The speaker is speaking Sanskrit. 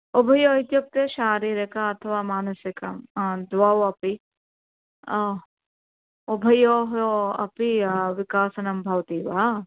उभयोः इत्युक्ते शारीरिक अथवा मानसिक द्वौ अपि ओ उभयोः अपि विकासनं भवति वा